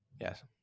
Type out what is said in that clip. Yes